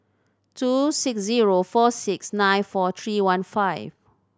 two six zero four six nine four three one five